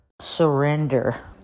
surrender